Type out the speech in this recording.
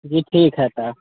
जी ठीक हय तऽ